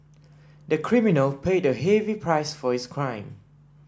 the criminal paid a heavy price for his crime